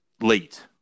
late